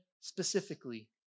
specifically